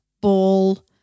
ball